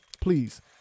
please